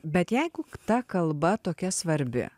bet jeigu ta kalba tokia svarbi